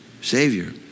savior